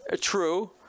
True